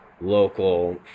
local